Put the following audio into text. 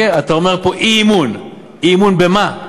אתה אומר פה אי-אמון אי-אמון במה?